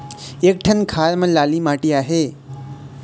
एक ठन खार म लाली माटी आहे?